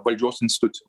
valdžios institucijom